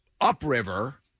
upriver